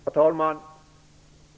Herr talman!